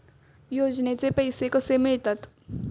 योजनेचे पैसे कसे मिळतात?